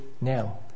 now